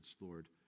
Lord